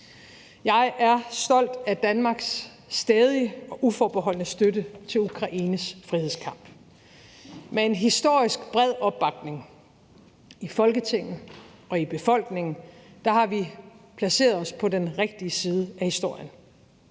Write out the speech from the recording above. Jeg er stolt af Danmarks stædige og uforbeholdne støtte til Ukraines frihedskamp. Med en historisk bred opbakning i Folketinget og i befolkningen har vi placeret os på den rigtige side af historien,